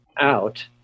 out